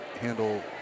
handle